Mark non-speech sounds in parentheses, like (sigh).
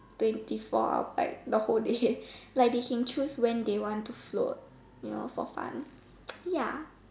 twenty four out of like the whole day (breath) like they can choose when they want to float you know for fun ya